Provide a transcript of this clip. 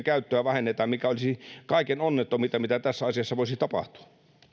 käyttöä vähennetään mikä olisi kaikkein onnettominta mitä tässä asiassa voisi tapahtua